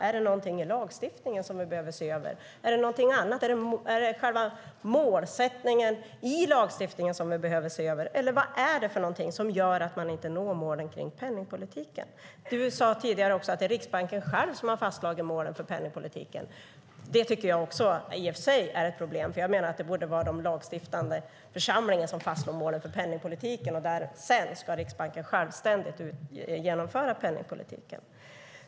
Är det någonting i lagstiftningen som vi behöver se över? Är det någonting annat? Är det själva målsättningen i lagstiftningen som vi behöver se över? Vad är det för någonting som gör att man inte når målen för penningpolitiken? Du sade tidigare också att det är Riksbanken själv som har fastslagit målen för penningpolitiken. Det tycker jag i och för sig också är ett problem. Jag menar att det borde vara den lagstiftande församlingen som fastslår målen för penningpolitiken. Sedan ska Riksbanken självständigt genomföra penningpolitiken.